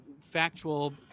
factual